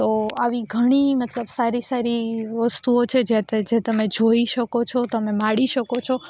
તો આવી ઘણી મતલબ સારી સારી વસ્તુઓ છે જે તમે જોઈ શકો છો તમે માણી શકો છો